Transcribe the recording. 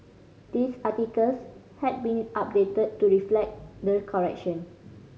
this articles has been updated to reflect the correction